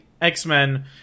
x-men